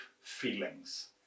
feelings